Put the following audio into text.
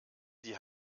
die